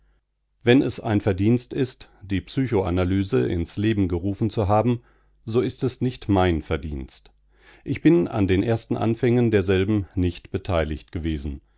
wenn es ein verdienst ist die psychoanalyse ins leben gerufen zu haben so ist es nicht mein verdienst ich bin an den ersten anfängen derselben nicht beteiligt gewesen